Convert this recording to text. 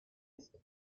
ist